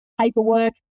paperwork